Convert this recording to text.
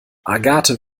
agathe